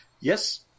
Yes